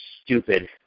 stupid